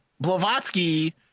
Blavatsky